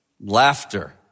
laughter